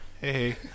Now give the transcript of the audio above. Hey